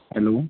hello